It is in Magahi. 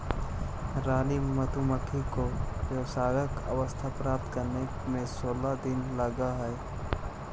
रानी मधुमक्खी को वयस्क अवस्था प्राप्त करने में सोलह दिन लगह हई